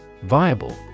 Viable